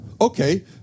Okay